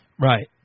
Right